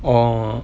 oh